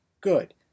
Good